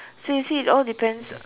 so you see it all depends